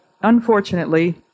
unfortunately